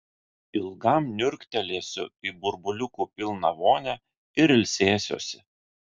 ilgam niurktelėsiu į burbuliukų pilną vonią ir ilsėsiuosi